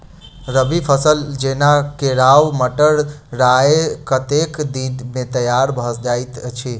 रबी फसल जेना केराव, मटर, राय कतेक दिन मे तैयार भँ जाइत अछि?